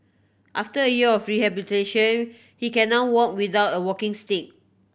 after a year of rehabilitation he can now walk without a walking stick